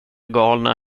galna